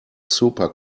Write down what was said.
super